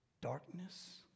Darkness